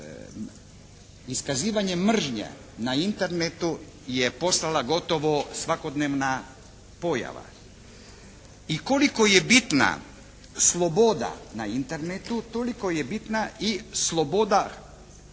iskazivanjem mržnje na Internetu je postala gotovo svakodnevna pojava. I koliko je bitna sloboda na Internetu toliko je bitna i sloboda